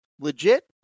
legit